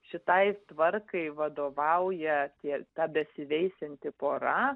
šitai tvarkai vadovauja tie ta besiveisianti pora